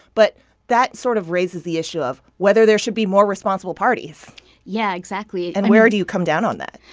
but that sort of raises the issue of whether there should be more responsible parties yeah, exactly and where do you come down on that?